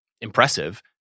impressive